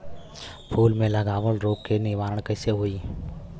फूल में लागल रोग के निवारण कैसे होयी?